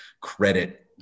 credit